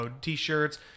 t-shirts